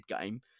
game